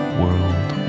world